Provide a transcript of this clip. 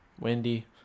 Wendy